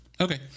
Okay